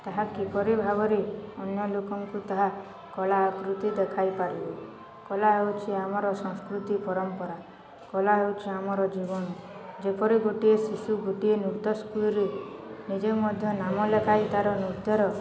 ତାହା କିପରି ଭାବରେ ଅନ୍ୟ ଲୋକଙ୍କୁ ତାହା କଲା ଆକୃତି ଦେଖାଇ ପାରିବେ କଲା ହେଉଛି ଆମର ସଂସ୍କୃତି ପରମ୍ପରା କଲା ହେଉଛି ଆମର ଜୀବନ ଯେପରି ଗୋଟିଏ ଶିଶୁ ଗୋଟିଏ ନୃତ୍ୟ ସ୍କୁଲ୍ରେ ନିଜେ ମଧ୍ୟ ନାମ ଲେଖାଇ ତା'ର ନୃତ୍ୟର